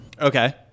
Okay